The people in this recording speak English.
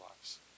lives